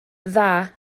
dda